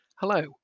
Hello